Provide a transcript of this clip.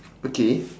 okay